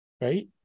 right